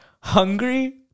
hungry